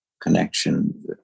connection